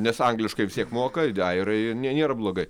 nes angliškai vis tiek moka ir airijoje nėra blogai